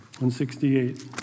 168